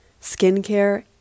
skincare